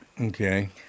Okay